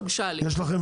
לא הוגשה אליי.